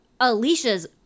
Alicia's